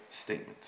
statement